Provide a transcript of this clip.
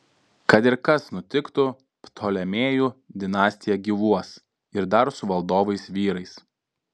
kad ir kas nutiktų ptolemėjų dinastija gyvuos ir dar su valdovais vyrais